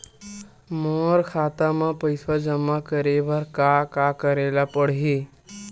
मोर खाता म पईसा जमा करे बर का का करे ल पड़हि?